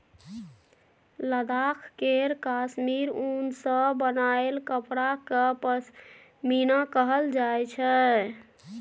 लद्दाख केर काश्मीर उन सँ बनाएल कपड़ा केँ पश्मीना कहल जाइ छै